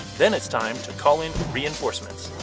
then it's time to call in reinforcements.